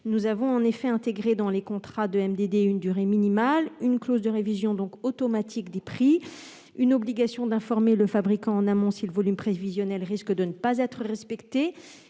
Nous avons en effet intégré, dans les contrats de MDD, une durée minimale, une clause de révision automatique des prix, une obligation d'informer le fabricant en amont si le volume prévisionnel risque de ne pas être respecté,